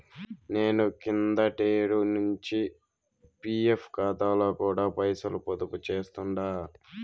నేను కిందటేడు నించి పీఎఫ్ కాతాలో కూడా పైసలు పొదుపు చేస్తుండా